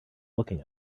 looking